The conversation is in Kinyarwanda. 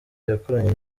yakoranye